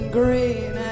green